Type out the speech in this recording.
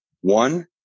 One